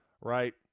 right